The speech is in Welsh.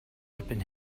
erbyn